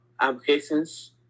applications